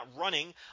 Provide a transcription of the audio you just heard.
running